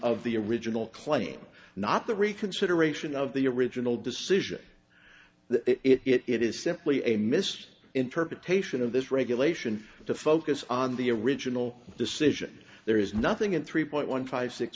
of the original claim not the reconsideration of the original decision that it is simply a missed interpretation of this regulation to focus on the original decision there is nothing in three point one five six